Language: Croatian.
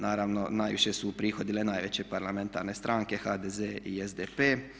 Naravno najviše su uprihodile najveće parlamentarne stranke HDZ i SDP.